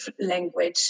language